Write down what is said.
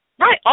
Right